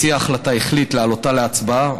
מציע ההצעה החליט להעלותה להצבעה,